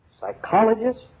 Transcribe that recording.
psychologists